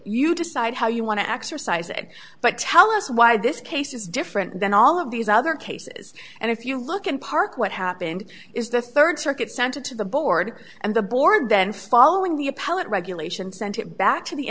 you decide how you want to exercise it but tell us why this case is different than all of these other cases and if you look in part what happened is the third circuit sent it to the board and the board then following the appellate regulation sent it back to the